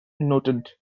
noted